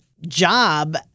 job